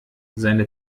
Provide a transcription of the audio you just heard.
seine